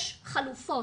יש חלופות.